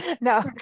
No